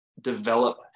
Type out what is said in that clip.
develop